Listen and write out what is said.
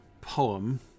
poem